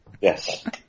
yes